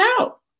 out